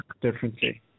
differently